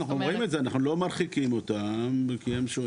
אנחנו לא מרחיקים אותם.